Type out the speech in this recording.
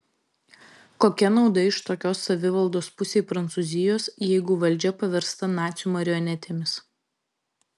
kokia nauda iš tokios savivaldos pusei prancūzijos jeigu valdžia paversta nacių marionetėmis